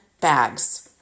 bags